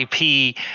IP